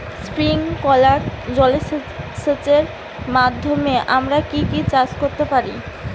Sprinkler জলসেচের মাধ্যমে আমরা কি কি চাষ করতে পারি?